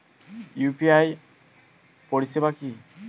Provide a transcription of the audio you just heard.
UPI পরিষেবা কি?